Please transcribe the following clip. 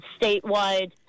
statewide